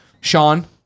sean